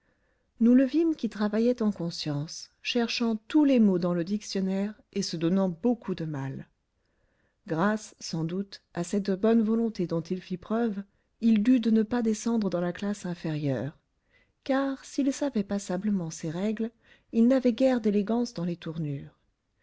nous le vîmes qui travaillait en conscience cherchant tous les mots dans le dictionnaire et se donnant beaucoup de mal grâce sans doute à cette bonne volonté dont il fit preuve il dut de ne pas descendre dans la classe inférieure car s'il savait passablement ses règles il n'avait guère d'élégance dans les tournures